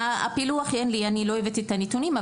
אין לי פילוח, לא הבאתי את הנתונים.